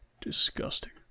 disgusting